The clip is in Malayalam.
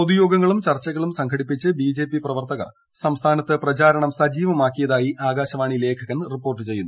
പൊതുയോഗങ്ങളും ചർച്ചകളും സംഘടിപ്പിച്ച് ബിജെപിച്ചു പ്രവർത്തകർ സംസ്ഥാനത്ത് പ്രചാരണം സജീവമാക്കിയതായി ആകാശവാണി ലേഖകൻ റിപ്പോർട്ട് ചെയ്യുന്നു